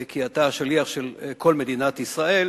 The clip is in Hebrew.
כי אתה שליח של כל מדינת ישראל,